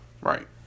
Right